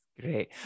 Great